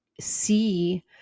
see